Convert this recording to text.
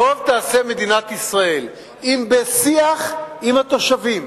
טוב תעשה מדינת ישראל אם בשיח עם התושבים,